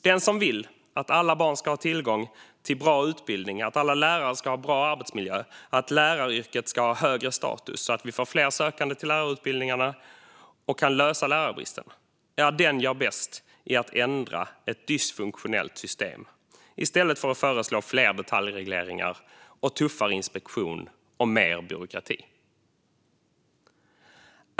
Den som vill att alla barn ska ha tillgång till bra utbildning, att alla lärare ska ha en bra arbetsmiljö och att läraryrket ska ha högre status så att vi får fler sökande till lärarutbildningarna och kan lösa lärarbristen gör bäst i att ändra ett dysfunktionellt system i stället för att föreslå fler detaljregleringar, tuffare inspektion och mer byråkrati.